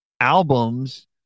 albums